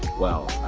well